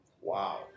Wow